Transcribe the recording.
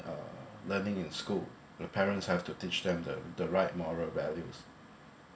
uh learning in school the parents have to teach them the the right moral values